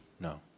no